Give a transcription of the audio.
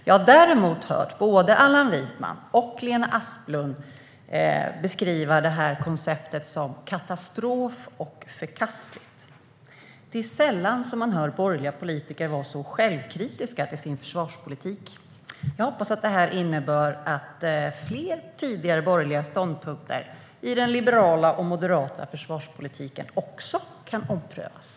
Jag hörde också Allan Widman och Lena Asplund beskriva konceptet som katastrof och förkastligt. Det är sällan man hör borgerliga politiker vara så självkritiska till sin försvarspolitik. Jag hoppas att detta innebär att fler tidigare ståndpunkter i den liberala och moderata försvarspolitiken kan omprövas.